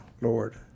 Lord